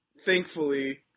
thankfully